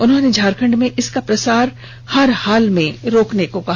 उन्होंने झारखंड में इसका प्रसार हर हाल में रोकने को कहा